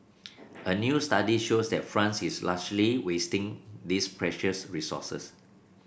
a new study shows that France is largely wasting this precious resources